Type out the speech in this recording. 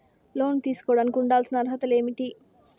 లోను తీసుకోడానికి ఉండాల్సిన అర్హతలు ఏమేమి?